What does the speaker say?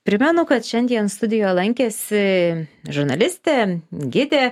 primenu kad šiandien studijoje lankėsi žurnalistė gidė